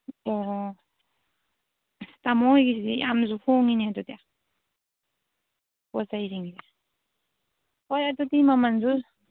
ꯑꯣ ꯇꯥꯃꯣ ꯍꯣꯏꯒꯤꯁꯦ ꯌꯥꯝꯅꯁꯨ ꯍꯣꯡꯉꯤꯅꯦ ꯑꯗꯨꯗꯤ ꯄꯣꯠ ꯆꯩꯁꯤꯡꯁꯦ ꯍꯣꯏ ꯑꯗꯨꯗꯤ ꯃꯃꯟꯁꯨ